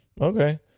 okay